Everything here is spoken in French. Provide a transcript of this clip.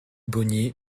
bonnier